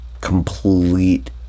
complete